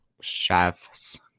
chef's